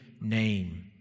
name